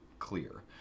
clear